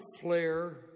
flare